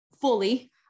fully